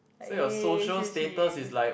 but eh shu qi